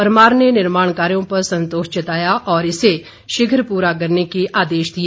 परमार ने निर्माण कार्यों पर संतोष जताया और इसे शीघ्र पूरा करने के आदेश दिए